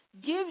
gives